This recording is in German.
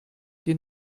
die